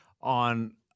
on